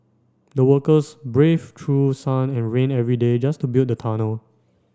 the workers brave through sun and rain every day just to build the tunnel